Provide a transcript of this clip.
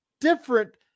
different